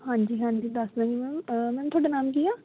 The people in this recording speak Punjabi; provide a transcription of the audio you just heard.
ਹਾਂਜੀ ਹਾਂਜੀ ਦੱਸ ਰਹੀ ਮੈਮ ਮੈਮ ਤੁਹਾਡਾ ਨਾਮ ਕੀ ਆ